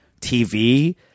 TV